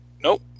Nope